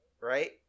right